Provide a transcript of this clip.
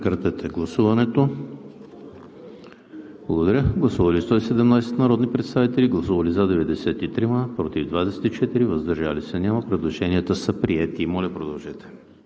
Предложенията са приети.